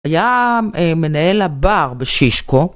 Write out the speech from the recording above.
היה מנהל הבר בשישקו.